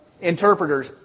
interpreters